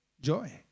joy